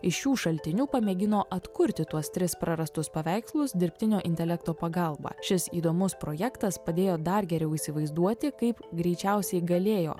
iš šių šaltinių pamėgino atkurti tuos tris prarastus paveikslus dirbtinio intelekto pagalba šis įdomus projektas padėjo dar geriau įsivaizduoti kaip greičiausiai galėjo